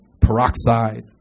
peroxide